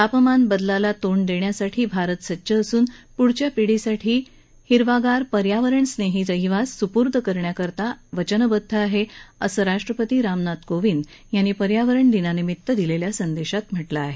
हवामान बदलाला तोंड देण्यासाठी भारत सज्ज असून पुढल्या पिढीसाठी हिरवागार पर्यावरणस्नेही रहिवास सुपूर्द करण्यासाठी वचनबद्ध आहे असं राष्ट्रपती रामनाथ कोविंद यांनी पर्यावरणदिनानिमित्त दिलेल्या संदेशात म्हटलं आहे